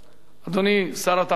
אדוני שר התחבורה,